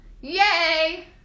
Yay